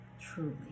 truly